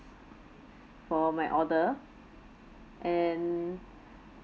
for my order and